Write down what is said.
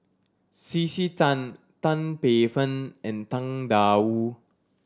C C Tan Tan Paey Fern and Tang Da Wu